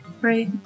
Right